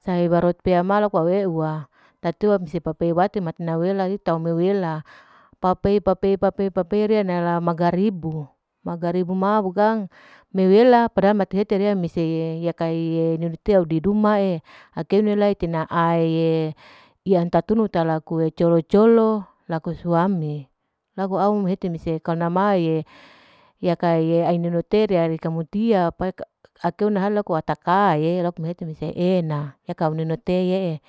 sahe barot pea ma laku auew wa, tatiwa mase pape wate matina wela ite mawela, pape pape pape pape riya nala magaribu, magaribu ma bukang mewela pdaha mate hete riya mese ye hiya kai'e ite ninu te audidumma'e, akeuna ite na'e iyan tatunu ta, talaku colo-coclo laku suami, laku au mehete mese karna ma'e, yaka'e aininu te reari kamutia pak-akeuna hal laku ataka'e, laku hete mese e'ena, yaka auninu teye'e.